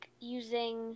using